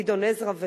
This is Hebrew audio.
גדעון עזרא,